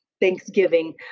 Thanksgiving